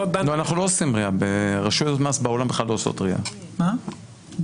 אנחנו לא עושים RIA. רשויות מס בעולם בכלל לא עושות RIA. אין,